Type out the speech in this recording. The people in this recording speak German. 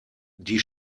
die